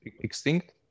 extinct